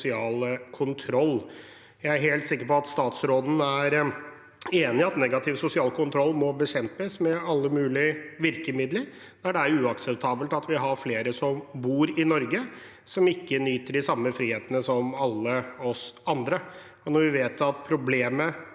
Jeg er helt sikker på at statsråden er enig i at negativ sosial kontroll må bekjempes med alle mulige virkemidler, da det er uakseptabelt at vi har flere som bor i Norge som ikke nyter de samme frihetene som alle oss andre. Når vi vet at problemet